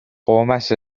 قومش